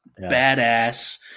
badass